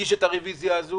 הגיש את הרביזיה הזו